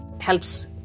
helps